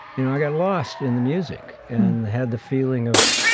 you know, i got lost in the music and had the feeling of,